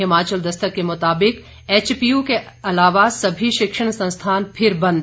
हिमाचल दस्तक के मुताबिक एचपीयू के अलावा सभी शिक्षण संस्थान फिर बंद